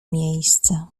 miejsce